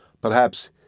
Perhaps